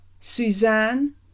suzanne